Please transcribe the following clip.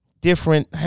Different